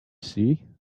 see